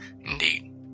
indeed